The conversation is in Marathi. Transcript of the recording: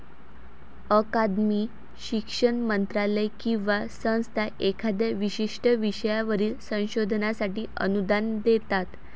अकादमी, शिक्षण मंत्रालय किंवा संस्था एखाद्या विशिष्ट विषयावरील संशोधनासाठी अनुदान देतात